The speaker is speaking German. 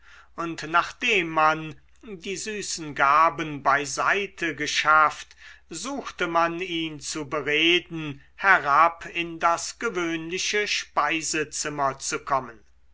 und nachdem man die süßen gaben bei seite geschafft suchte man ihn zu bereden herab in das gewöhnliche speisezimmer zu kommen